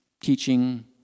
teaching